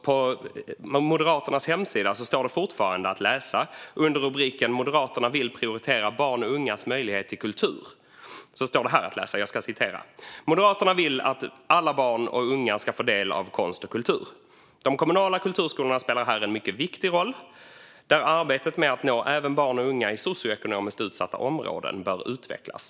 På Moderaternas hemsida kan man, under rubriken "Moderaterna vill prioritera barn och ungas möjlighet till kultur", fortfarande läsa att "Moderaterna vill att alla barn och unga ska få del av konst och kultur. De kommunala kulturskolorna spelar här en mycket viktig roll, där arbetet med att nå även barn och unga i socioekonomiskt utsatta områden, bör utvecklas."